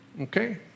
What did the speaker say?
Okay